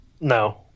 No